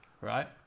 right